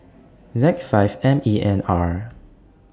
Z five M E N R